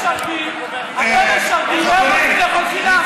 אתם משרתים והם רוצים לאכול חינם.